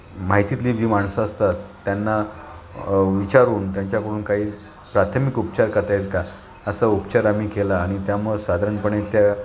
माहितीतली जी माणसं असतात त्यांना विचारून त्यांच्याकडून काही प्राथमिक उपचार करता येत का असा उपचार आम्ही केला आणि त्यामुळं साधारणपणे त्या